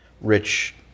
Rich